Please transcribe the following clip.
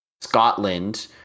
Scotland